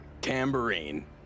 Tambourine